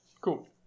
Cool